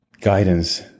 guidance